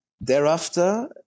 thereafter